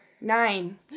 nine